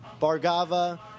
Bargava